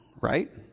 right